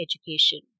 education